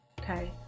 okay